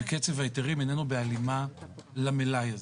וקצב ההיתרים איננו בהלימה למלאי הזה.